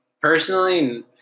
Personally